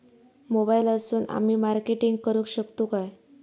मोबाईलातसून आमी मार्केटिंग करूक शकतू काय?